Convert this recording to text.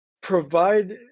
provide